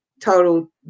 total